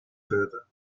further